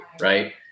right